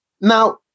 Now